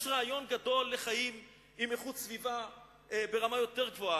יש רעיון גדול לחיים עם איכות סביבה ברמה גבוהה יותר,